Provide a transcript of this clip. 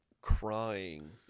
crying